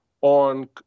on